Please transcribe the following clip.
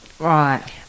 Right